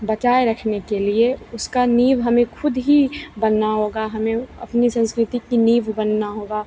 बचाए रखने के लिए उसकी नीव हमें ख़ुद ही बनना होगा हमें अपनी संस्कृति की नीव बनना होगा